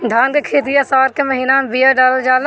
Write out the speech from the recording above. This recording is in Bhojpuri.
धान की खेती आसार के महीना में बिया डालल जाला?